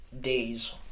Days